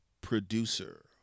producer